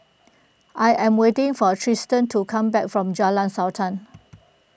I am waiting for Trystan to come back from Jalan Sultan